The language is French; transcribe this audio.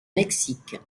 mexique